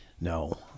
No